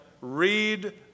read